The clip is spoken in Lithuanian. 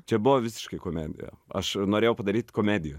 čia buvo visiškai komedija aš norėjau padaryt komediją